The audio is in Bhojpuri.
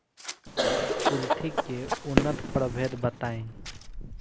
कुलथी के उन्नत प्रभेद बताई?